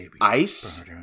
Ice